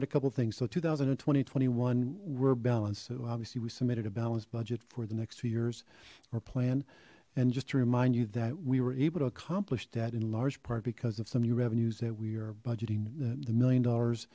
out a couple things so two thousand and twenty twenty one we're balanced so obviously we submitted a balanced budget for the next few years or plan and just to remind you that we were able to accomplish that in large part because of some new revenues that we are budgeting the million dollars